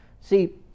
See